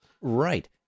Right